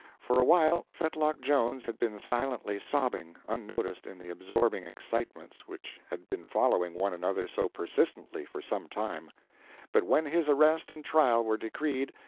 for a while fetlock jones had been silently sobbing, unnoticed in the absorbing excitements which had been following one another so persistently for some time but when his arrest and trial were decreed,